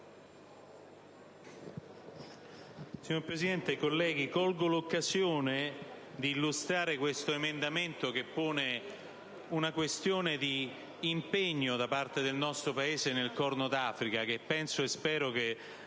Signor Presidente, colleghi, colgo l'occasione di illustrare l'emendamento 2.14, che pone una questione di impegno da parte del nostro Paese nel Corno d'Africa e che mi auguro